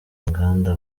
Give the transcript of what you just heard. inganda